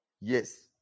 Yes